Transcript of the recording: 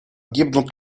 гибнут